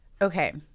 okay